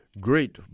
great